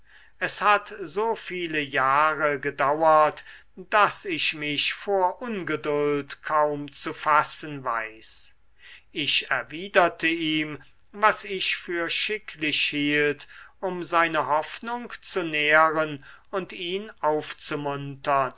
es hat so viele jahre gedauert daß ich mich vor ungeduld kaum zu fassen weiß ich erwiderte ihm was ich für schicklich hielt um seine hoffnung zu nähren und ihn aufzumuntern